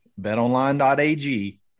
betonline.ag